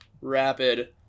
Rapid